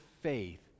faith